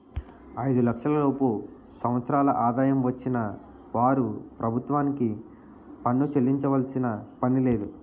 ఐదు లక్షల లోపు సంవత్సరాల ఆదాయం వచ్చిన వారు ప్రభుత్వానికి పన్ను చెల్లించాల్సిన పనిలేదు